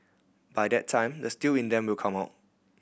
by that time the steel in them will come out